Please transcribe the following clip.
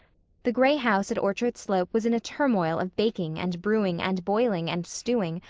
the gray house at orchard slope was in a turmoil of baking and brewing and boiling and stewing,